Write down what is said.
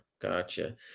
Gotcha